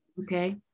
Okay